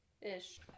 Ish